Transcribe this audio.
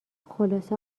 خلاصه